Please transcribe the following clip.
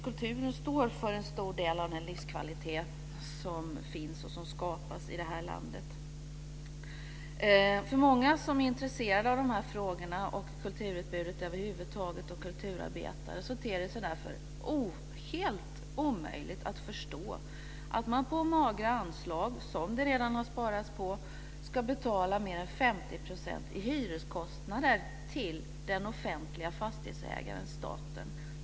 Kulturen står för en stor del av livskvaliteten som finns och skapas i landet. För många som är intresserade av frågorna, kulturutbudet och kulturarbetare över huvud taget ter det sig helt omöjligt att förstå att man på magra anslag, som det redan har sparats på, ska betala mer än 50 % i hyreskostnader till den offentliga fastighetsägaren staten.